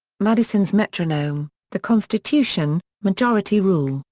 madison's metronome the constitution, majority rule,